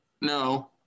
No